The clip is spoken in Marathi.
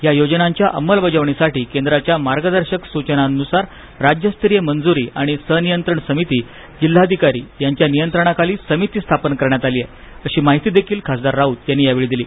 या योजनांच्या अंमलबजावणीसाठी केंद्राच्या मार्गदर्शक सूचनांनुसार राज्यस्तरीय मंजूरी आणि सनियंत्रण समिती जिल्हाधिकारी यांच्या नियंत्रणाखाली समिती स्थापन करण्यात आली आहे अशी माहिती खासदार राऊत यांनी यावेळी दिली